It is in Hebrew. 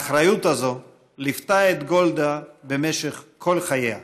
האחריות הזו ליוותה את גולדה במשך כל חייה.